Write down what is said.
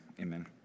Amen